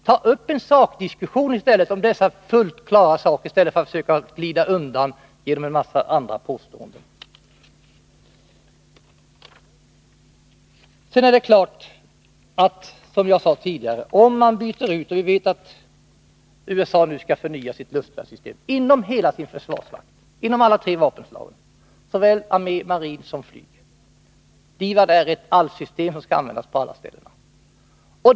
Tag upp en sakdiskussion om dessa klara frågor i stället för att glida undan med en massa andra påståenden! Vi vet att USA skall förnya sitt luftvärnssystem inom hela sin försvarsmakt, inom alla tre vapenslagen. DIVAD är ett allsystem som skall användas på alla ställena.